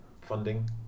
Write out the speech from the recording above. funding